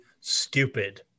stupid